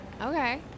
Okay